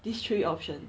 these three option